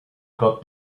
got